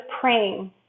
praying